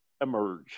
emerge